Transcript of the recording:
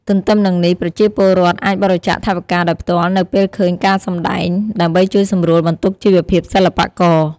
ទទ្ទឹមនឹងនេះ ប្រជាពលរដ្ឋអាចបរិច្ចាគថវិកាដោយផ្ទាល់នៅពេលឃើញការសម្ដែង ដើម្បីជួយសម្រាលបន្ទុកជីវភាពសិល្បករ។